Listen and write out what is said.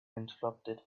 interrupted